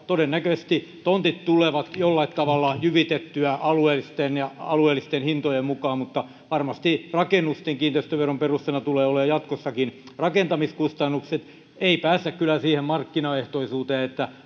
todennäköisesti tontit tulevat jollain tavalla jyvitettyä alueellisten hintojen mukaan mutta varmasti rakennusten kiinteistöveron perusteena tulevat olemaan jatkossakin rakentamiskustannukset ei päästä kyllä siihen markkinaehtoisuuteen